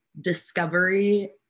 discovery